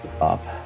up